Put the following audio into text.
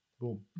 Boom